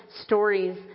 stories